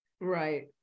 right